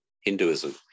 Hinduism